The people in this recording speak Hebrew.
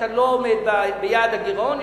אתה לא עומד ביעד הגירעון,